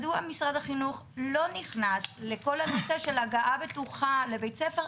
מדוע משרד החינוך לכל הנושא של הגעה בטוחה לבית הספר,